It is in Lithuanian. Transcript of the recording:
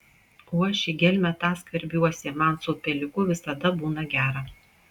o aš į gelmę tą skverbiuosi man su upeliuku visada būna gera